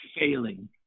failing